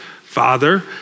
father